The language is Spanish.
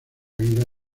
vida